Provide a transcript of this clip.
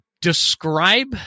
describe